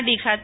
ડીખાતા